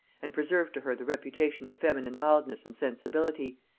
and preserve to her the reputation of feminine mildness and sensibility,